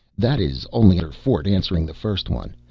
that is only another fort answering the first one.